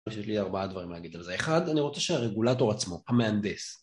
יש לי ארבעה דברים להגיד על זה, אחד, אני רוצה שהרגולטור עצמו, המהנדס